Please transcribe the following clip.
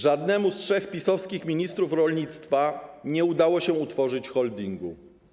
Żadnemu z trzech PiS-owskich ministrów rolnictwa nie udało się utworzyć holdingu.